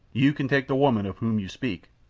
you can take the woman of whom you speak,